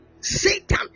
Satan